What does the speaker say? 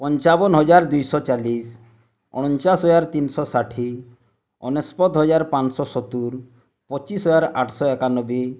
ପଞ୍ଚାବନ ହଜାର ଦୁଇଶ ଚାଲିଶ୍ ଅଣଞ୍ଚାଶ ହଜାର ତିନିଶହ ଷାଠି ଅନେଶ୍ପତ ହଜାର ପାଁନ୍ଶ ସତୁର୍ ପଚିଶ ହଜାର ଆଠଶ ଏକାନବେ